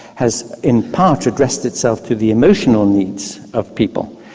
has in part addressed itself to the emotional needs of people.